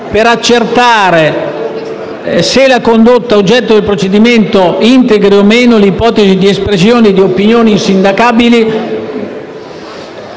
per accertare se la condotta oggetto del procedimento integri o meno l'ipotesi di espressione di opinioni insindacabili